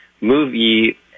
movie